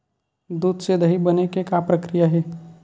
दूध से दही बने के का प्रक्रिया हे?